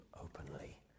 openly